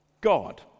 God